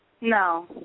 No